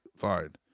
Fine